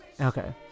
Okay